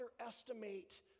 underestimate